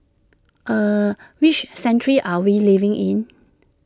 er which century are we living in